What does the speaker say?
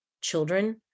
children